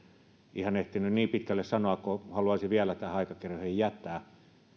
ehtinyt niin pitkälle sanoa kuin haluaisin vielä aikakirjoihin jättää